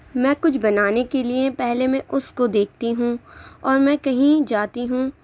میں کچھ بنانے کے لیے پہلے میں اس کو دیکھتی ہوں اور میں کہیں جاتی ہوں